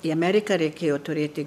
į ameriką reikėjo turėti